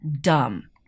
Dumb